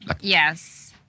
Yes